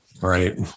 Right